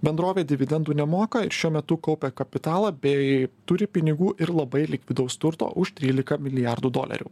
bendrovė dividendų nemoka ir šiuo metu kaupia kapitalą bei turi pinigų ir labai likvidaus turto už trylika milijardų dolerių